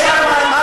יש לנו פתרון,